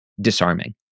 disarming